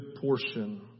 portion